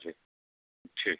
ठीक ठीक